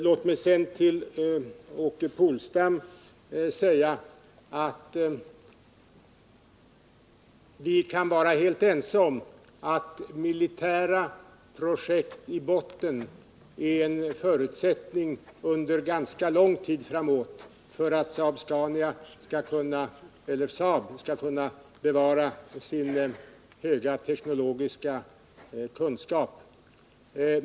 Låt mig sedan till Åke Polstam säga att vi kan vara helt ense om att militära projekt i botten under ganska lång tid framåt är en förutsättning för att Saab skall kunna bevara sin höga teknologiska kunskap.